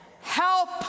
Help